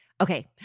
Okay